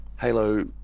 Halo